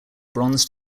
bronze